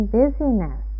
busyness